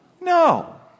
No